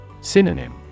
Synonym